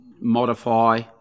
modify